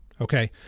Okay